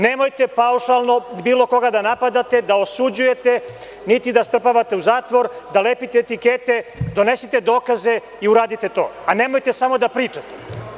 Nemojte paušalno bilo koga da napadate, da osuđujete, niti da strpavate u zatvor, da lepite etikete, donesite dokaze i uradite to, a nemojte samo da pričate.